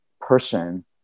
person